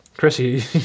Chrissy